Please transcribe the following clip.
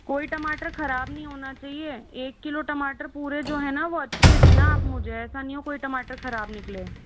कोई टमाटर ख़राब नहीं होना चाहिए एक किलो टमाटर पूरे जो है न वह अच्छे देना आप मुझे ऐसा नही हो के कोई टमाटर ख़राब निकले